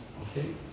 okay